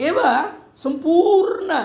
एवं सम्पूर्णम्